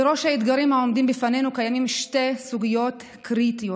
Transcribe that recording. בראש האתגרים העומדים בפנינו קיימות שתי סוגיות קריטיות,